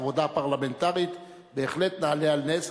עבודה פרלמנטרית בהחלט נעלה על נס,